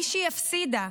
מישהי הפסידה',